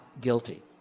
guilty